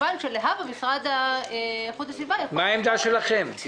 מה העמדה שלכם?